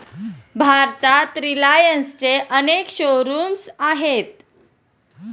भारतात रिलायन्सचे अनेक शोरूम्स आहेत